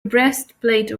breastplate